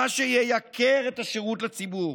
מה שייקר את השירות לציבור,